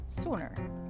sooner